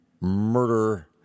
murder